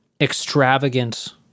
extravagant